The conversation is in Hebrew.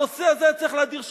הנושא הזה היה צריך להדיר שינה.